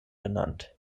genannt